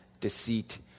deceit